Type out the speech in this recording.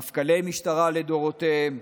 מפכ"לי משטרה לדורותיהם,